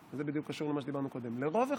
זה בדיוק קשור למה שדיברנו קודם: לרוב אחיו.